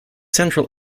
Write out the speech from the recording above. central